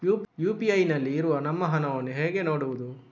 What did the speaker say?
UPI ನಲ್ಲಿ ಇರುವ ನಮ್ಮ ಹಣವನ್ನು ಹೇಗೆ ನೋಡುವುದು?